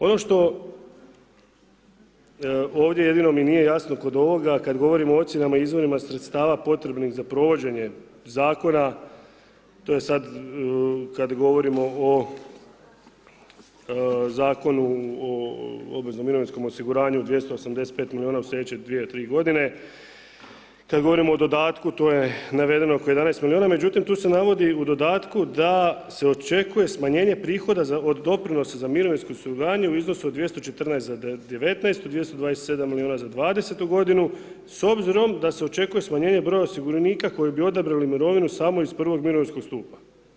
Ono što ovdje jedino mi nije jasno kod ovoga, kad govorimo o ocjenama, izvorima sredstava potrebnima za provođenja zakona, to je sad, kad govorimo o Zakonu o obveznom mirovinskom osiguranju 285 milijuna u sljedeće dvije, tri godina, kad govorimo o dodatku to je navedeno oko 11 milijuna, međutim, tu se navodi u dodatku da se očekuje smanjenje prihoda za od doprinosa za mirovinsko osiguranje u iznosu od 214. za 19-u, 227 milijuna za 20-tu godinu, s obzirom da se očekuje smanjenje broja osiguranika koji bi odabrali mirovinu samo iz prvog mirovinskog stupa.